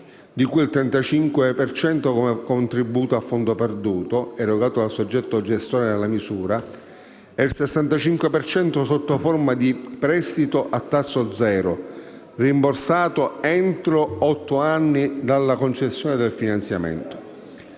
di cui il 35 per cento come contributo a fondo perduto, erogato dal gestore della misura, e il 65 per cento sotto forma di prestito a tasso zero, rimborsato entro otto anni dalla concessione del finanziamento.